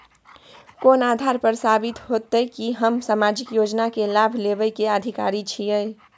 कोन आधार पर साबित हेते की हम सामाजिक योजना के लाभ लेबे के अधिकारी छिये?